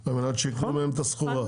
על מנת שיקנו מהם את הסחורה.